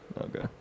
Okay